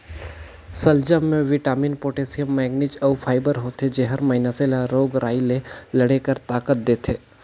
सलजम में vitamin, potassium, manganese अउ फाइबर होथे जेहर मइनसे ल रोग राई ले लड़े कर ताकत देथे